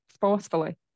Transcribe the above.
forcefully